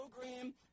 program